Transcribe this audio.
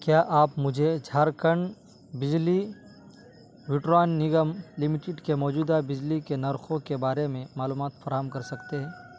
کیا آپ مجھے جھارکھنڈ بجلی وتران نگم لمیٹڈ کے موجودہ بجلی کے نرخوں کے بارے میں معلومات پھراہم کر سکتے ہیں